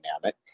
dynamic